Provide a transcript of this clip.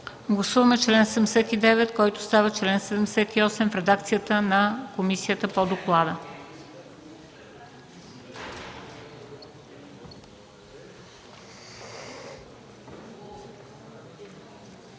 Гласуваме чл. 77, който става чл. 76, в редакцията на комисията по доклада.